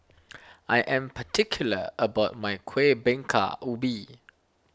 I am particular about my Kueh Bingka Ubi